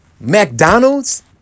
McDonald's